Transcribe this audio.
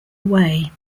way